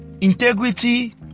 integrity